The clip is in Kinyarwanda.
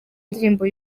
indirimbo